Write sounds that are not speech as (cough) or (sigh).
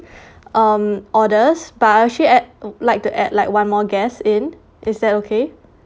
(breath) um orders but actually I add would like to add like one more guest in is that okay